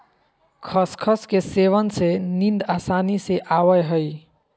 खसखस के सेवन से नींद आसानी से आवय हइ